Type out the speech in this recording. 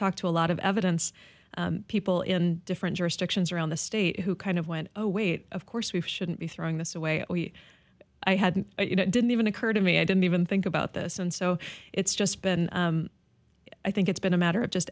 talked to a lot of evidence people in different jurisdictions around the state who kind of went oh wait of course we shouldn't be throwing this away i had you know didn't even occur to me i didn't even think about this and so it's just been i think it's been a matter of just